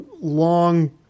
long